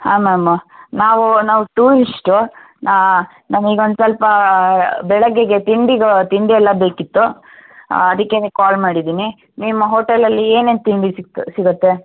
ಹಾಂ ಮ್ಯಾಮ್ ನಾವು ನಾವು ಟೂರಿಸ್ಟು ನಮಗೊಂದು ಸ್ವಲ್ಪ ಬೆಳಗ್ಗೆಗೆ ತಿಂಡಿಗೆ ತಿಂಡಿಯಲ್ಲ ಬೇಕಿತ್ತು ಅದಕ್ಕೇನೆ ಕಾಲ್ ಮಾಡಿದ್ದೀನಿ ನಿಮ್ಮ ಹೋಟೆಲಲ್ಲಿ ಏನೇನು ತಿಂಡಿ ಸಿಗತ್ತೆ